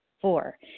four